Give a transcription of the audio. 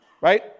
right